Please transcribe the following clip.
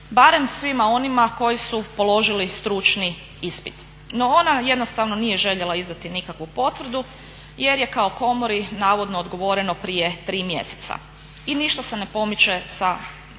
barem svima onima koji su položili stručni ispit. No, ona jednostavno nije željela izdati nikakvu potvrdu jer je kao komori navodno odgovoreno prije tri mjeseca. I ništa se ne pomiče sa